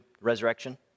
resurrection